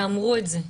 ואמרו את זה,